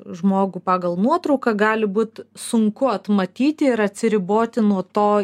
žmogų pagal nuotrauką gali būt sunku atmatyti ir atsiriboti nuo to